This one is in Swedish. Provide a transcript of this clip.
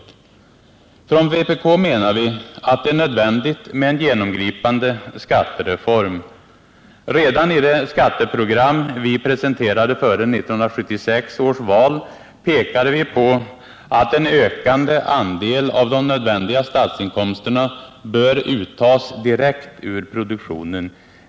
Från vpk menar vi att det är nödvändigt med en genomgripande skattereform. Redan i det skatteprogram vi presenterade före 1976 års val pekade vi på att en ökande andel av nödvändiga statsinkomster bör uttas direkt ur produktionen.